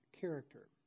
character